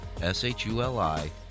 s-h-u-l-i